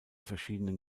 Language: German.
verschiedenen